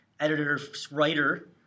editor-writer